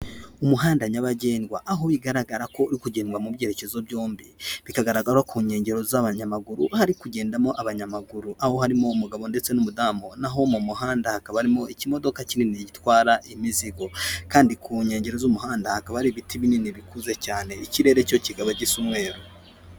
Umuhanda nyabagendwa, aho bigaragara ko uri kugendwa mu byerekezo byombi. Bikagaragara ku nkengero z'abanyamaguru, bari kugendamo abanyamaguru aho harimo umugabo ndetse n'umudamu. Naho mu muhanda hakaba harimo ikimodoka kinini gitwara imizigo. Kandi ku nkengero z'umuhanda hakaba ari ibiti binini bikuze cyane ikirere cyo kigaba gisamweruru.